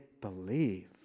believe